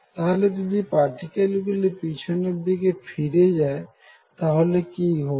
তাহলে যদি পাটিকেল গুলি পিছনের দিকে ফিরে যায় তাহলে কি ঘটবে